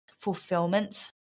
Fulfillment